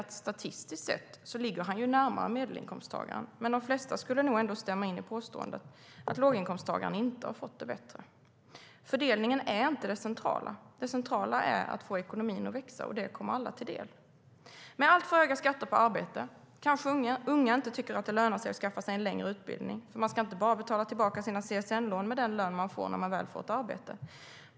Ja, statistiskt sett ligger han närmare medelinkomsttagaren, men de flesta skulle nog ändå stämma in i påståendet att låginkomsttagaren inte har fått det bättre. Fördelningen är inte det centrala. Det centrala är att få ekonomin att växa och att det kommer alla till del. Med alltför höga skatter på arbete kanske unga inte tycker att det lönar sig att skaffa sig en längre utbildning. Man ska ju inte bara betala tillbaka sina CSN-lån med den lön man får när man väl får arbete.